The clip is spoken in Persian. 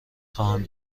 خواهم